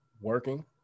working